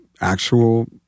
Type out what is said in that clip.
actual